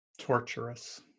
Torturous